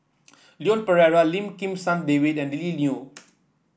Leon Perera Lim Kim San David and Lily Neo